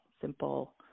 simple